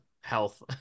health